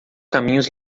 caminhos